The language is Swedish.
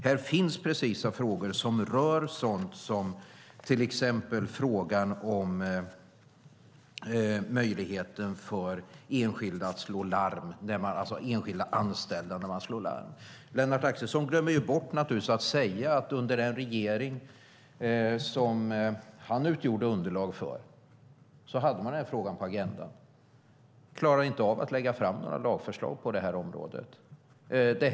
Här finns precisa frågor, till exempel frågan om möjligheten för enskilda anställda att slå larm. Lennart Axelsson glömde naturligtvis bort att säga att under den regering som han utgjorde underlag för fanns den frågan på agendan, men man klarade inte av att lägga fram några lagförslag på området.